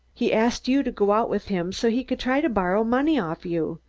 he asked you to go out with him so he could try to borrow money of you,